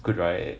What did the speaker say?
good right